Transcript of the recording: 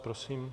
Prosím.